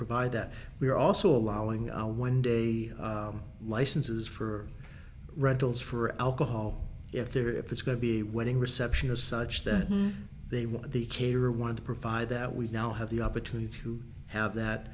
provide that we are also allowing our one day licenses for rentals for alcohol if there if it's going to be a wedding reception or such that they want the caterer want to provide that we now have the opportunity to have that